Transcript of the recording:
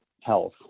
health